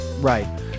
Right